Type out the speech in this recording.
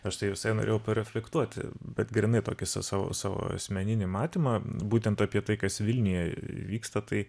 aš tai visai norėjau reflektuoti bet grynai tokį sa savo savo asmeninį matymą būtent apie tai kas vilniuje vyksta tai